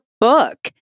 book